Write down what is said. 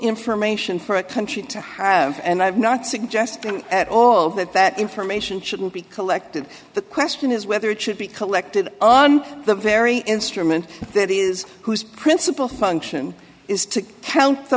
information for a country to have and i have not suggested at all that that information shouldn't be collected the question is whether it should be collected on the very instrument that is whose principal function is to help the